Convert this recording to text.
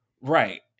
Right